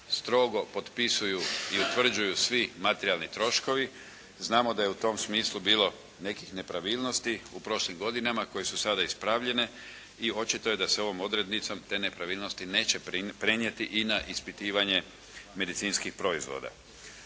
strogo potpisuju i utvrđuju svi materijalni troškovi, znamo da je u tom smislu bilo nekih nepravilnosti u prošlim godinama koje su sada ispravljene i očito je da se ovom odrednicom te nepravilnosti neće prenijeti i na ispitivanje medicinskih proizvoda.